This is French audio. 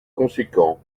conséquent